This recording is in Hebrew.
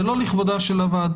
זה לא לכבודה של הוועדה.